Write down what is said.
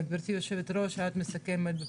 גברתי היושבת-ראש, את מסכמת.